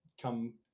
come